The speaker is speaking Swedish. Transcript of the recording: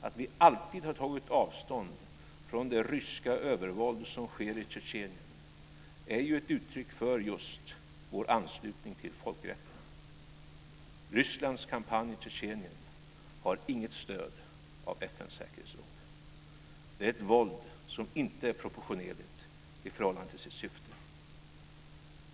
Att vi alltid har tagit avstånd från det ryska övervåld som sker i Tjetjenien är ju ett uttryck för just vår anslutning till folkrätten. Rysslands kampanj i Tjetjenien har inget stöd av FN:s säkerhetsråd. Det är ett våld som inte är proportionerligt i förhållande till sitt syfte.